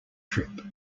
trip